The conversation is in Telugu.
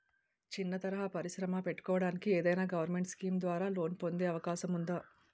చిన్న తరహా పరిశ్రమ పెట్టుకోటానికి ఏదైనా గవర్నమెంట్ స్కీం ద్వారా లోన్ పొందే అవకాశం ఉందా?